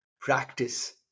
practice